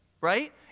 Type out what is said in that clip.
right